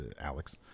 Alex